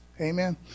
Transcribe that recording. Amen